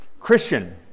Christian